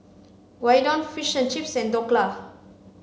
Gyudon Fish and Chips and Dhokla